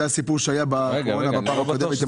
זה הסיפור שהיה בקורונה בפעם הקודמת.